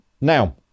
Now